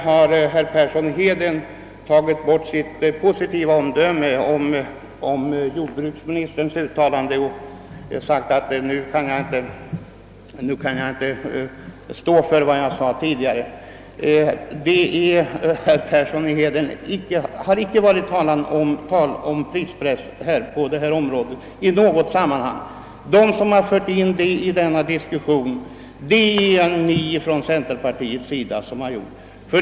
Herr Persson i Heden har nu tagit tillbaka sitt positiva omdöme om jordbruksministerns uttalande och sagt att han inte kan stå för vad han yttrade tidigare. Herr Persson i Heden, det har icke varit tal om prispress på detta område i något sammanhang! De som har fört in detta begrepp i diskussionen är ni från centerpartiet.